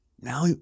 now